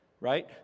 Right